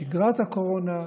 בשגרת הקורונה,